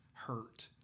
hurt